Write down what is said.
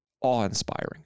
awe-inspiring